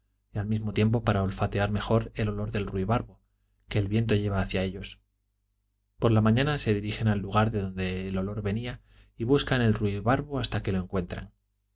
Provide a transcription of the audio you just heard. y al mismo tiempo para olfatear mejor el olor del ruibarbo que el viento lleva hacia ellos por la mañana se dirigen al lugar de donde el olor venía y buscan el ruibarbo hasta que lo encuentran